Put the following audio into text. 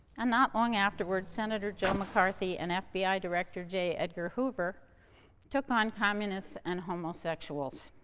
and not long afterward senator joe mccarthy and fbi director j. edgar hoover took on communists and homosexuals.